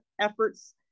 efforts